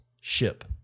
ship